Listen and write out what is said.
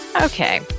Okay